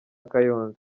kayonza